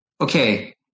Okay